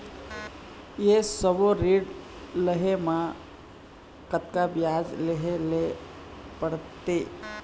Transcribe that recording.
ये सब्बो ऋण लहे मा कतका ब्याज देहें ले पड़ते?